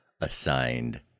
assigned